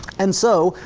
and so,